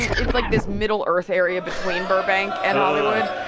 and it's like this middle earth area between burbank and hollywood.